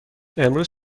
امروز